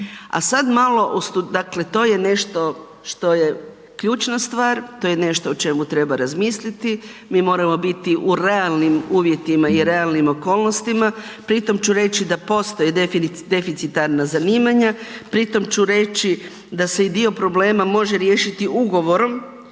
A sad malo, dakle to je nešto što je ključna stvar, to je nešto o čemu treba razmisliti, mi moramo biti u realnim uvjetima i realnim okolnostima, pritom ću reći da postoji deficitarna zanimanja, pritom ću reći da se i dio problema može riješiti ugovorom